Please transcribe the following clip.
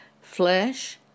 flesh